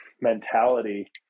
mentality